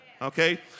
Okay